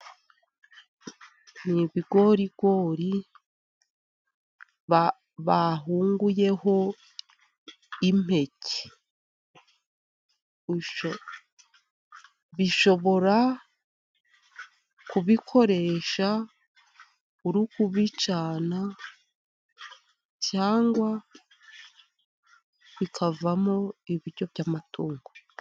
Ni ibigorigori ba bahunguyeho impeke, bisho bishobora kubikoresha uri kubicana, cyangwa bikavamo ibiryo by'amatungo.